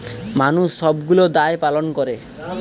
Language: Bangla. মানুষ সবগুলো দায় পালন করে